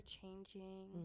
changing